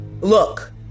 Look